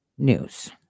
news